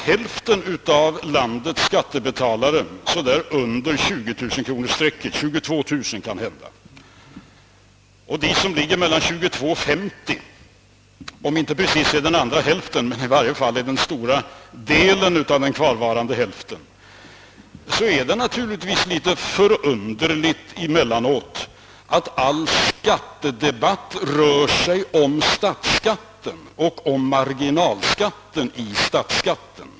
Hälften av landets skattebetalare har lägre inkomst än 22-000 kronor, och om de som har mellan 22000 och 50 060 kronor i inkomst inte precis utgör den andra hälften, så bildar de i varje fall den största delen av den kvarvarande hälften. Jag har personligen emellanåt gjort den reflexionen, att det är förunderligt att all skattedebatt rör sig om marginalskatten i statsbeskattningen.